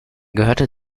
gehörte